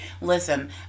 listen